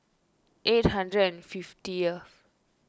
eight hundred and fiftieth